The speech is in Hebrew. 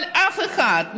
אבל אף אחד,